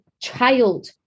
child